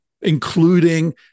including